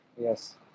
Yes